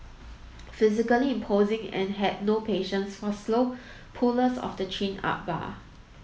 physically imposing and had no patience for slow pullers of the chin up bar